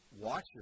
watch